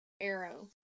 Arrow